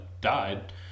died